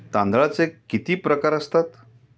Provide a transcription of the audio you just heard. तांदळाचे किती प्रकार असतात?